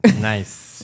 Nice